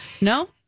No